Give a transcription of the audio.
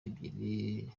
ebyiri